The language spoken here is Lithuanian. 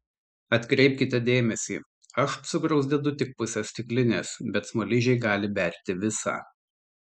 atkreipkite dėmesį aš cukraus dedu tik pusę stiklinės bet smaližiai gali berti visą